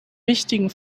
wichtigen